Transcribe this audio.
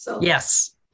Yes